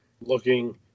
looking